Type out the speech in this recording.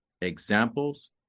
examples